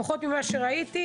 לפחות ממה שראיתי,